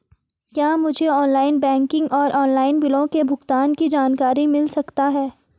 क्या मुझे online banking और ऑनलाइन बिलों के भुगतान की जानकारी मिल सकता है?